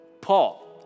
Paul